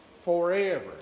forever